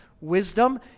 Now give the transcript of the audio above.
Wisdom